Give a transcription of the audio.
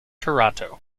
toronto